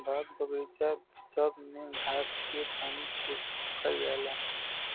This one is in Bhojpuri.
बाग बगइचा सब में घास पे पानी छिड़कल जाला